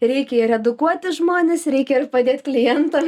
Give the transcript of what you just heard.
reikia ir edukuoti žmones reikia ir padėt klientam